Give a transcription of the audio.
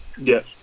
yes